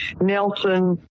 Nelson